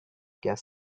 gas